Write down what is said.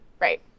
Right